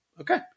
Okay